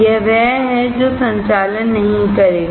यह वह है जो संचालन नहीं करेगा